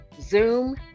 Zoom